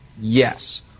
Yes